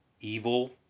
evil